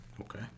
Okay